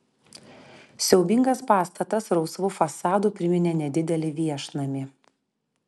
siaubingas pastatas rausvu fasadu priminė nedidelį viešnamį